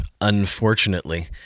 unfortunately